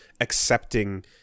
accepting